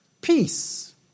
peace